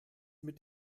mit